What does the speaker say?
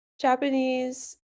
japanese